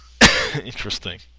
Interesting